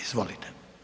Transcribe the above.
Izvolite.